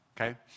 okay